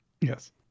Yes